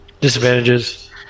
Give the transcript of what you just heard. Disadvantages